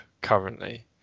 currently